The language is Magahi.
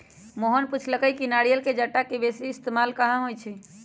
मोहन पुछलई कि नारियल के जट्टा के बेसी इस्तेमाल कहा होई छई